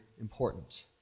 important